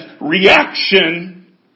reaction